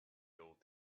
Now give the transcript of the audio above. old